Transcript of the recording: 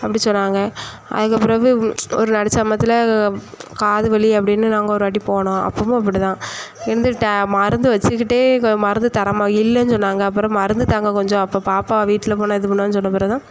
அப்படி சொன்னாங்க அதுக்குப்பிறகு ஒரு நடுசாமத்தில் காதுவலி அப்படின்னு நாங்கள் ஒரு வாட்டி போனோம் அப்பயும் அப்படி தான் இந்த மருந்து வெச்சுக்கிட்டே மருந்து தராமல் இல்லைன்னு சொன்னாங்க அப்புறம் மருந்து தாங்க கொஞ்சம் அப்போ பாப்பா வீட்டில் போனால் இது பண்ணுவான்னு சொன்னப்பிறகு தான்